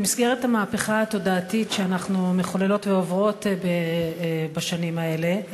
במסגרת המהפכה התודעתית שאנחנו מחוללות ועוברות בשנים האלה,